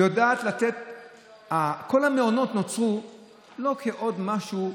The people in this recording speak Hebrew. כל המעונות נוצרו לא כעוד משהו,